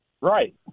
Right